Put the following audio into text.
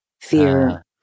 fear